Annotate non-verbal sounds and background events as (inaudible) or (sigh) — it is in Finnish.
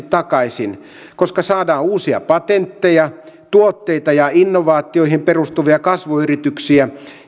(unintelligible) takaisin koska saadaan uusia patentteja tuotteita ja innovaatioihin perustuvia kasvuyrityksiä